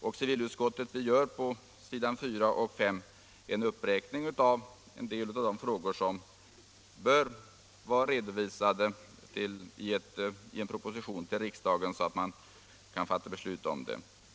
I civilutskottets betänkande gör vi på s. 4 och 5 en uppräkning av en del av de frågor som bör vara redovisade i en proposition till riksdagen, så att man kan fatta beslut om detta.